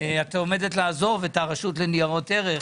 את עומדת לסיים את תפקידך ברשות לניירות ערך.